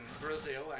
Brazil